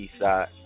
Eastside